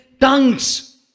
tongues